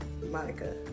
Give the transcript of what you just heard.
Monica